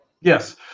Yes